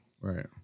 Right